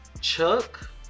Chuck